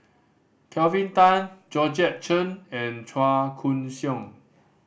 Kelvin Tan Georgette Chen and Chua Koon Siong